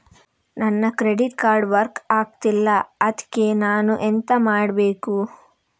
ನನ್ನ credit card work ಆಗ್ತಿಲ್ಲ ಅದ್ಕೆ ನಾನು ಎಂತ ಮಾಡಬೇಕು?